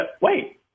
wait